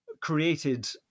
created